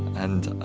and